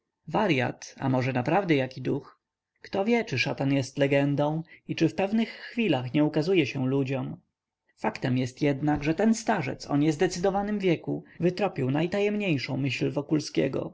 waryat a może naprawdę jaki duch kto wie czy szatan jest legiendą i czy w pewnych chwilach nie ukazuje się ludziom faktem jest jednak że ten starzec o niezdecydowanym wieku wytropił najtajemniejszą myśl wokulskiego